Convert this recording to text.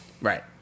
right